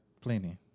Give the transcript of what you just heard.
plenty